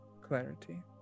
clarity